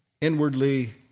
inwardly